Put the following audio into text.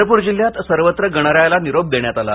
चंद्रपूर जिल्ह्यात सर्वत्र गणरायाला निरोप देण्यात आला